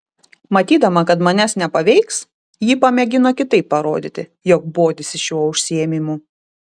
matydama kad manęs nepaveiks ji pamėgino kitaip parodyti jog bodisi šiuo užsiėmimu